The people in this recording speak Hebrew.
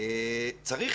צריך